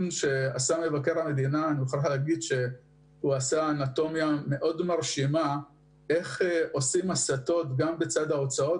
שגם מבקר המדינה עשה אנטומיה מאוד מרשימה איך עושים הסטות גם בצד ההוצאות